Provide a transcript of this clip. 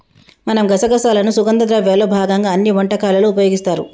మనం గసగసాలను సుగంధ ద్రవ్యాల్లో భాగంగా అన్ని వంటకాలలో ఉపయోగిస్తారు